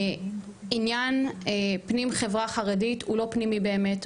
עניין פנים חברה חרדית הוא לא פנימי באמת.